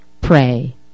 pray